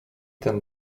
ten